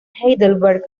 heidelberg